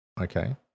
Okay